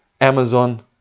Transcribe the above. Amazon